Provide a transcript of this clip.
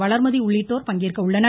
வளர்மதி உள்ளிட்டோர் பங்கேற்க உள்ளனர்